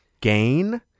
gain